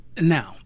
Now